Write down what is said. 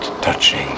touching